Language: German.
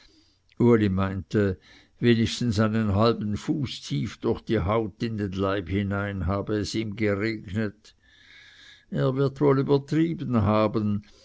uli meinte wenigstens einen halben fuß tief durch die haut in den leib hinein habe es ihm geregnet er wird wohl übertrieben haben